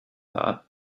thought